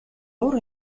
уур